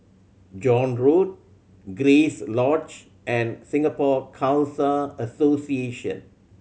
John Road Grace Lodge and Singapore Khalsa Association